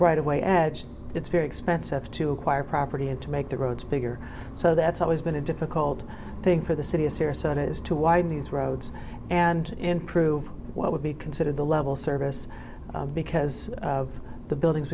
right of way edge it's very expensive to acquire property and to make the roads bigger so that's always been a difficult thing for the city of syria so it is to widen these roads and improve what would be considered the level service because of the buildings